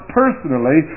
personally